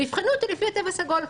יבחנו אותי לפי התו הסגול.